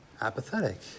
apathetic